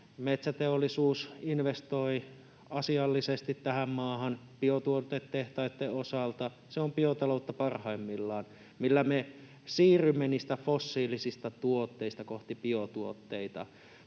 Metsäteollisuus investoi asiallisesti tähän maahan biotuotetehtaitten osalta. Se on biotaloutta parhaimmillaan, millä me siirrymme niistä fossiilisista tuotteista kohti biotuotteita,